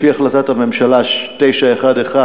לפי החלטת הממשלה 911,